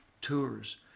tours